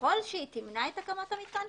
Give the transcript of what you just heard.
ככל שהיא תמנע את הקמת המתקן,